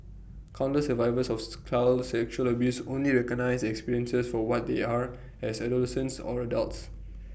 countless survivors off's child sexual abuse only recognise their experiences for what they are as adolescents or adults